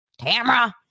Tamra